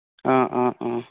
অঁ অঁ অঁ